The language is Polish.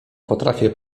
potrafię